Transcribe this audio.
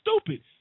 stupid